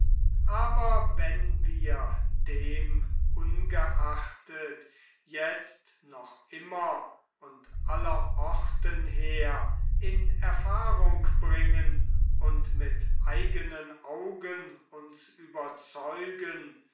aber wenn wir demungeachtet jetzt noch immer und aller orten her in erfahrung bringen und mit eigenen augen uns überzeugen